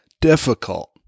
difficult